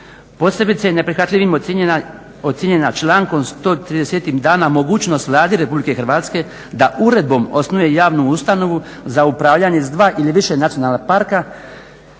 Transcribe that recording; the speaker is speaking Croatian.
Posebice neprihvatljivim ocjenjena člankom 130. dana mogućnost Vladi Republike Hrvatske da uredbom osnuje javnu ustanovu za upravljanje s dva ili više nacionalna parka,